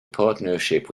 partnership